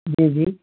जी जी